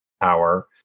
power